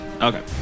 Okay